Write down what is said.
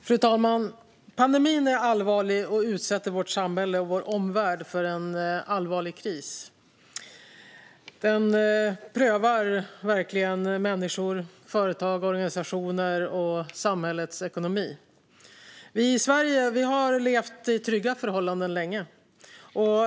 Fru talman! Pandemin är allvarlig och utsätter vårt samhälle och vår omvärld för en allvarlig kris. Den prövar verkligen människor, företag och organisationer och samhällets ekonomi. Vi i Sverige har levt i trygga förhållanden länge.